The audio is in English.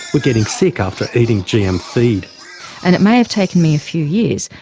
were getting sick after eating gm feed. and it may have taken me a few years,